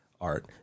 art